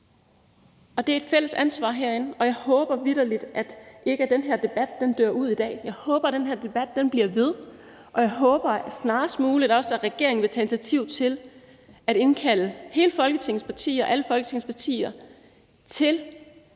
Det er et fælles ansvar herinde, og jeg håber vitterlig ikke, at den her debat dør ud i dag. Jeg håber, at debatten bliver ved, og jeg håber også, at regeringen snarest muligt vil tage initiativ til at indkalde hele Folketinget, alle Folketingets partier,